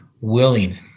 willing